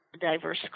diverse